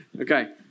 Okay